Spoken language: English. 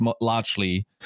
largely